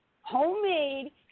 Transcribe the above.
homemade